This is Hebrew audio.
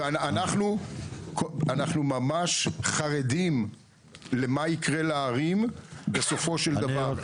ואנחנו ממש חרדים למה יקרה לערים בסופו של דבר.